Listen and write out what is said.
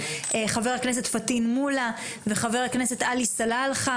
חבר הכנסת פטין מולא וחבר הכנסת עלי סלאלחה